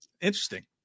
Interesting